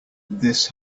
this